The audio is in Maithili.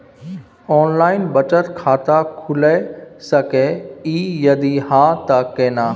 ऑनलाइन बचत खाता खुलै सकै इ, यदि हाँ त केना?